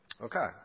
Okay